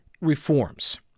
reforms